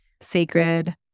sacred